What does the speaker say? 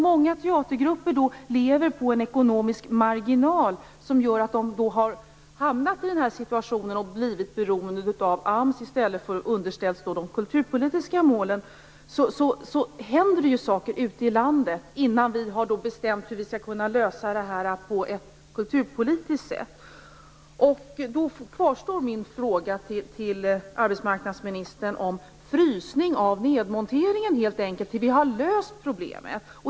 Många teatergrupper lever på en ekonomisk marginal som försatt dem i situationen att de är beroende av AMS i stället för att vara underställda de kulturpolitiska målen. Detta gör att det nu sker saker ute i landet innan vi har bestämt hur vi skall kunna lösa detta på ett kulturpolitiskt sätt. Kan man göra en frysning av nedmonteringen tills vi har löst problemet?